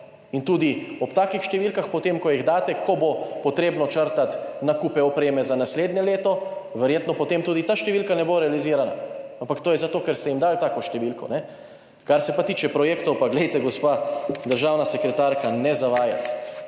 In ob takih številkah, potem ko jih daste, ko bo potrebno črtati nakupe opreme za naslednje leto, verjetno potem tudi ta številka ne bo realizirana. Ampak to je zato, ker ste jim dali tako številko. Kar se tiče projektov pa glejte, gospa državna sekretarka, ne zavajati.